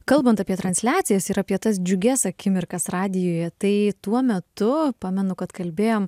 kalbant apie transliacijas ir apie tas džiugias akimirkas radijuje tai tuo metu pamenu kad kalbėjom